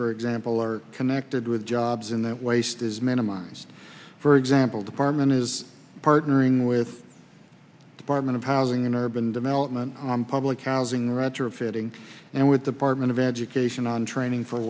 for example are connected with jobs in that waste is minimized for example department is partnering with department of housing and urban development on public outing retrofitting and with the partment of education and training for